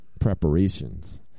preparations